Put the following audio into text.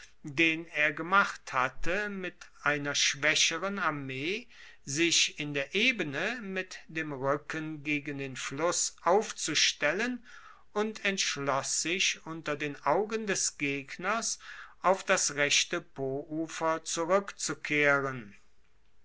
den er gemacht hatte mit einer schwaecheren armee sich in der ebene mit dem ruecken gegen den fluss aufzustellen und entschloss sich unter den augen des gegners auf das rechte poufer zurueckzukehren